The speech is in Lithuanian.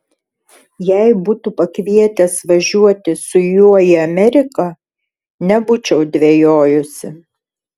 jei būtų pakvietęs važiuoti su juo į ameriką nebūčiau dvejojusi